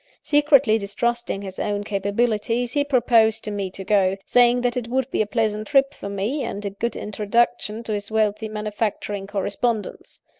secretly distrusting his own capabilities, he proposed to me to go saying that it would be a pleasant trip for me, and a good introduction to his wealthy manufacturing correspondents.